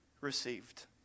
received